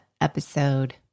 episode